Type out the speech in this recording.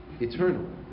eternal